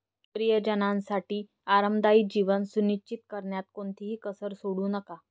प्रियजनांसाठी आरामदायी जीवन सुनिश्चित करण्यात कोणतीही कसर सोडू नका